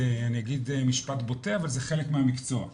זה אני אגיד משפט בוטה, אסל זה חלק מהמקצוע,